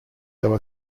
though